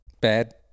bad